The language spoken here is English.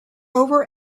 over